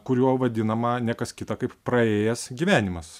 kuriuo vadinama ne kas kita kaip praėjęs gyvenimas